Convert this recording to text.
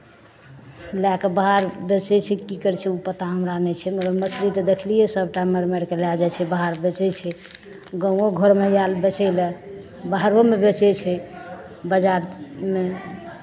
लए कऽ बाहर बेचै छै की करै छै ओ पता हमरा नहि छै मगर मछली तऽ देखलियै सभटा मारि मारि कऽ लए जाइ छै बाहर बेचै छै गाँवो घरमे आयल बेचय लेल बाहरोमे बेचै छै बजारमे